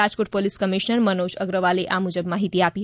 Rajkot police commissioner Manoj અગ્રવાલે આ અંગે માહીતી આપી